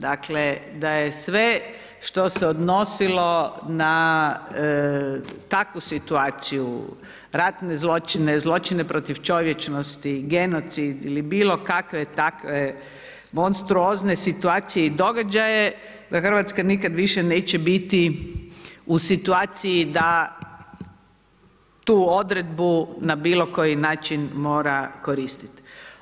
Dakle da je sve što se odnosilo na takvu situaciju, ratne zločine, zločine protiv čovječnosti, genocid ili bilo kakve takve monstruozne situacije i događaje da Hrvatska nikad više neće biti u situaciji da tu odredbu na bilo koji način mora koristiti.